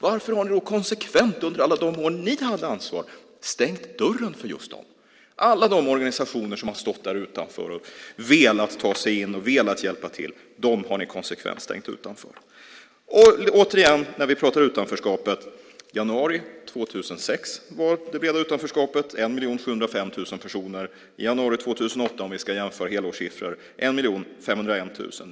Varför har ni då konsekvent under alla de år då ni hade ansvar stängt dörren för just dessa? Alla de organisationer som har stått där utanför och har velat ta sig in och velat hjälpa till har ni konsekvent stängt utanför. När vi pratar om utanförskapet säger jag återigen att i januari 2006 var det breda utanförskapet 1 705 000 personer. I januari 2008 - om vi ska jämföra helårssiffror - var det 1 501 000.